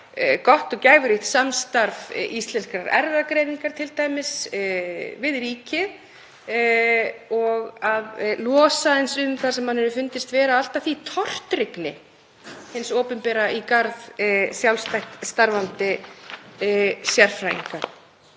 gott og gæfuríkt samstarf Íslenskrar erfðagreiningar við ríkið. Það þarf að losa aðeins um það sem mér hefur fundist vera allt að því tortryggni hins opinbera í garð sjálfstætt starfandi sérfræðinga.